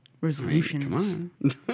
Resolutions